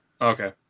okay